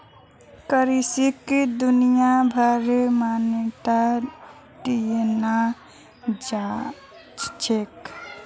करेंसीक दुनियाभरत मान्यता दियाल जाछेक